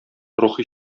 рухи